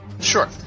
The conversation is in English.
Sure